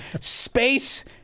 space